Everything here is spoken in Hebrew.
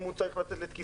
אם הוא צריך לצאת לתקיפה,